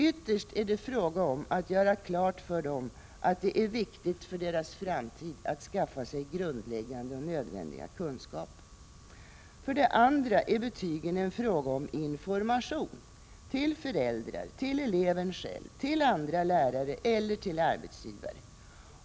Ytterst är det fråga om att göra klart för dem att det är viktigt för deras framtid att skaffa sig grundläggande och nödvändiga kunskaper. För det andra är betygen en fråga om information — till föräldrar, till eleven själv, till andra lärare eller till arbetsgivare.